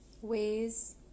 ways